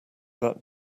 that